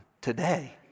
today